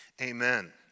amen